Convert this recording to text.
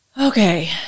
okay